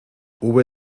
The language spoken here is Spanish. hube